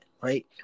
right